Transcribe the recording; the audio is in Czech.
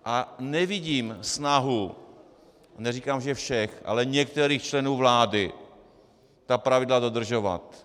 A nevidím snahu, neříkám, že všech, ale některých členů vlády ta pravidla dodržovat.